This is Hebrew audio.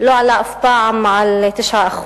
לא עלה אף פעם על 9%,